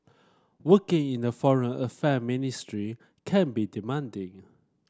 working in the Foreign Affair ministry can be demanding